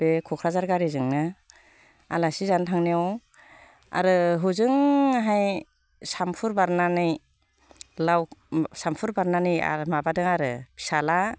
बे क'क्राझार गारिजोंनो आलासि जानो थांनायाव आरो हजोंहाय सामफुर बारनानै लाव सामफुर बारनानै आरो माबादों आरो फिसाज्ला